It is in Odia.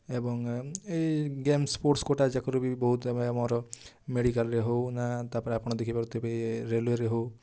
ଏବଂ ଏଇ ଗେମ୍ ସ୍ପୋର୍ଟସ୍ କୋଟା ଯାକ ବି ବହୁତ୍ ଆମେ ଆମର ମେଡ଼ିକାଲ୍ରେ ହେଉ ନା ତା'ପରେ ଆପଣ ଦେଖି ପାରୁଥିବେ ରେଲୱେରେ ହେଉ